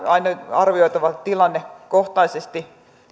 on aina arvioitava tilannekohtaisesti